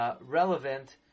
Relevant